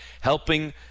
helping